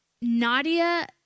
Nadia